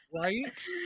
right